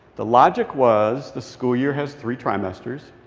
the logic was the school year has three trimesters.